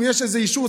אם יש איזה אישור,